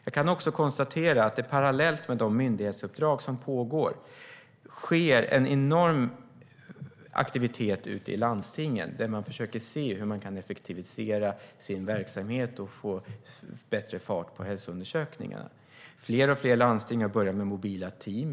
Jag kan också konstatera att det parallellt med de myndighetsuppdrag som pågår sker en enorm aktivitet ute i landstingen, där man försöker se hur man kan effektivisera sin verksamhet och få bättre fart på hälsoundersökningarna. Fler och fler landsting har börjat med mobila team.